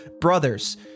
brothers